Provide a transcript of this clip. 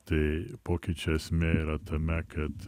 tai pokyčių esmė yra tame kad